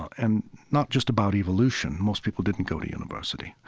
and not just about evolution. most people didn't go to university.